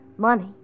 money